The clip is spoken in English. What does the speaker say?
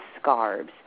scarves